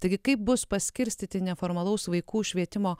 taigi kaip bus paskirstyti neformalaus vaikų švietimo